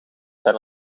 zijn